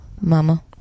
mama